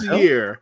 year